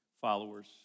followers